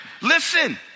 listen